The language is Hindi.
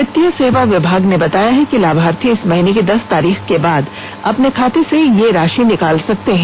वित्तीय सेवा विभाग ने बताया कि लाभार्थी इस महीने की दस तारीख के बाद अपने खाते से यह राशि निकाल सकते हैं